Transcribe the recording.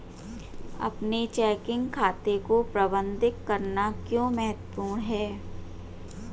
अपने चेकिंग खाते को प्रबंधित करना क्यों महत्वपूर्ण है?